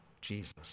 Jesus